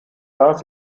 saß